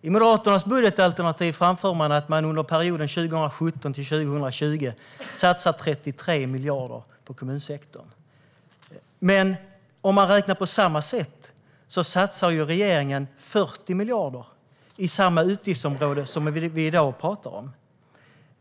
I Moderaternas budgetalternativ framför man att man under perioden 2017-2020 satsar 33 miljarder på kommunsektorn. Men räknat på samma sätt satsar regeringen 40 miljarder på det utgiftsområde vi talar om i dag.